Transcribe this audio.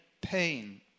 pain